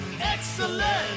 excellent